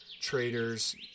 traders